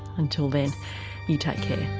until then you take care